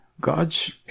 God's